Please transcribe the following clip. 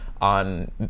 on